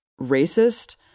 racist